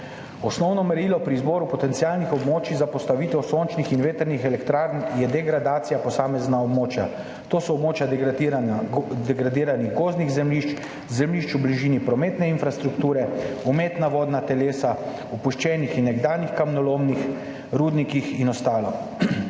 Osnovno merilo pri izboru potencialnih območij za postavitev sončnih in vetrnih elektrarn je degradacija posameznih območij. To so območja degradiranih gozdnih zemljišč, zemljišč v bližini prometne infrastrukture, umetna vodna telesa, opuščeni in nekdanji kamnolomi, rudniki in ostalo.